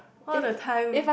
all the time